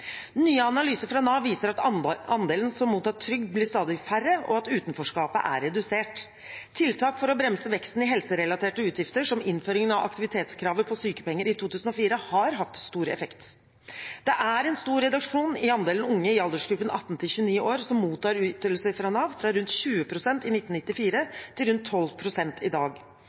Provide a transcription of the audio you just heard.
Nye analyser fra Nav viser at andelen som mottar trygd, blir stadig mindre, og at utenforskapet er redusert. Tiltak for å bremse veksten i helserelaterte utgifter, som innføringen av aktivitetskravet på sykepenger i 2004, har hatt stor effekt. Det er en stor reduksjon i andelen unge i aldersgruppen 18–29 år som mottar ytelser fra Nav, fra rundt 20 pst. i 1994 til rundt 12 pst. i dag.